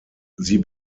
sie